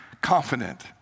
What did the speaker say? confident